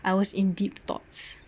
I was in deep thoughts